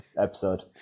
episode